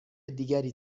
دیگری